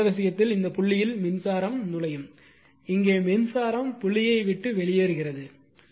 எனவே அந்த விஷயத்தில் இந்த புள்ளியில் மின்சாரம் நுழையும் இங்கே மின்சாரம் புள்ளியை விட்டு வெளியேறுகிறது